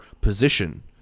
position